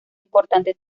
importante